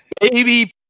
baby